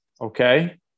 Okay